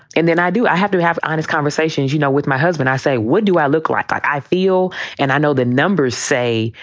and then i do i have to have honest conversations, you know, with my husband. i say, what do i look like? like i feel and i know the numbers say,